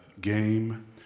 game